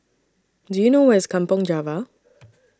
Do YOU know Where IS Kampong Java